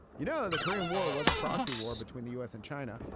you know the korean war was a proxy war between the u s. and china.